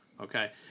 Okay